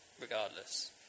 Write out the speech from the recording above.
regardless